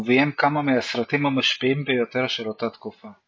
וביים כמה מהסרטים המשפיעים ביותר של אותה תקופה.